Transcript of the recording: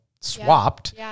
swapped